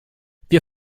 wir